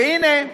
והנה,